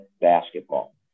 basketball